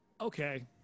okay